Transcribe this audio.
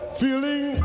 feeling